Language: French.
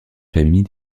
famille